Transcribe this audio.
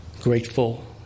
grateful